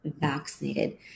vaccinated